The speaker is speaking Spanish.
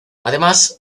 además